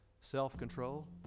self-control